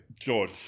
George